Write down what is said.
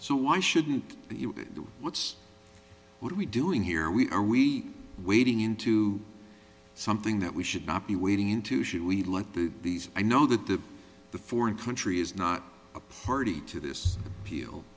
so why shouldn't you what's what are we doing here we are we waiting into something that we should not be wading into should we let that these i know that the the foreign country is not a party to this deal